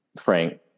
Frank